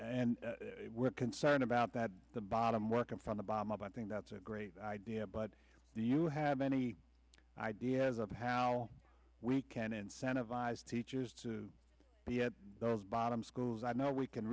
d we're concerned about that the bottom working from the bottom up i think that's a great idea but do you have any ideas of how we can incentivize teachers to be at the bottom schools i know we can